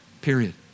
Period